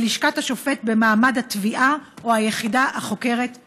בלשכת השופט במעמד התביעה או היחידה החוקרת בלבד.